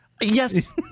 Yes